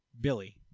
Billy